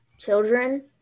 children